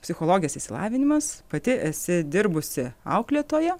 psichologės išsilavinimas pati esi dirbusi auklėtoja